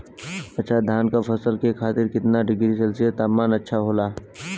अच्छा धान क फसल के खातीर कितना डिग्री सेल्सीयस तापमान अच्छा होला?